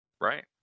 Right